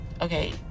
okay